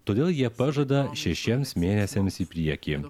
todėl jie pažada šešiems mėnesiams į priekį